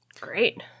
great